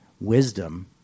wisdom